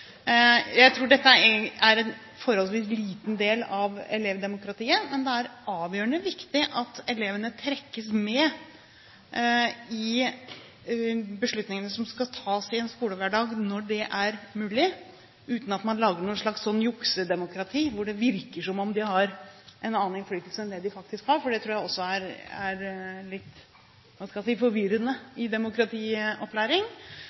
er avgjørende viktig at elevene trekkes med i beslutningene som skal tas i en skolehverdag, når det er mulig, uten at man lager noe slags juksedemokrati hvor det virker som om de har en annen innflytelse enn det de faktisk har. Det tror jeg også er litt – hva skal jeg si